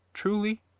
truly?